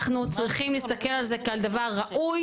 אנחנו צריכים להסתכל על זה כעל דבר ראוי